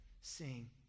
sing